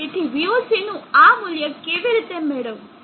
તેથી voc નું આ મૂલ્ય કેવી રીતે મેળવવું